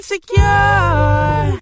secure